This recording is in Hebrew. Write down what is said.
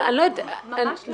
ממש לא.